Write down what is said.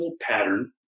pattern